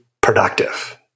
productive